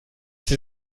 sie